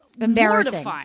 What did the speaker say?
embarrassing